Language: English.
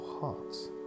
hearts